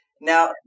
Now